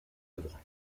œuvres